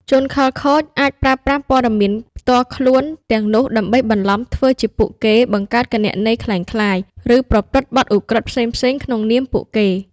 ជនខិលខូចអាចប្រើប្រាស់ព័ត៌មានផ្ទាល់ខ្លួនទាំងនោះដើម្បីបន្លំធ្វើជាពួកគេ បង្កើតគណនីក្លែងក្លាយ ឬប្រព្រឹត្តបទឧក្រិដ្ឋផ្សេងៗក្នុងនាមពួកគេ។